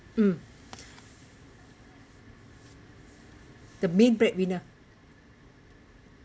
um the main breadwinner